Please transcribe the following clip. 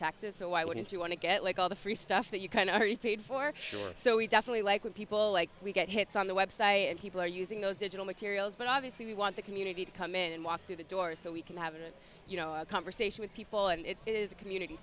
taxes so why wouldn't you want to get like all the free stuff that you kind of are you paid for sure so we definitely like when people like we get hits on the website and people are using those digital materials but obviously we want the community to come in and walk through the door so we can have an conversation with people and it is a community